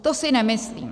To si nemyslím.